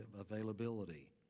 availability